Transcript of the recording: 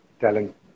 talent